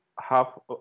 half